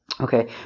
Okay